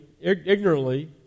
ignorantly